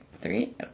three